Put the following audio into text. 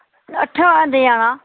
अठ्ठें बंदे जाना